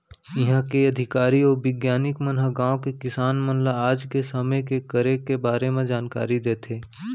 इहॉं के अधिकारी अउ बिग्यानिक मन ह गॉंव के किसान मन ल आज के समे के करे के बारे म जानकारी देथे